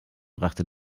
brachte